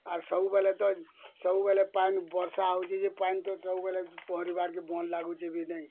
ଆର ସବୁବେଳେ ତ ସବୁବେଳେ ପାନି ବର୍ଷା ହେଉଛି ପାନ ତ ସବୁବେଲେ ପହଁରିବାକେ ଭଲ୍ ଲାଗୁଛି ବି ନାଇଁ